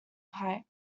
pipe